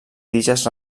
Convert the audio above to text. tiges